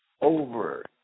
over